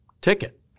ticket